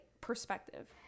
perspective